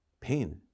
Pain